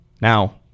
now